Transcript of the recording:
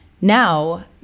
now